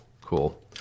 cool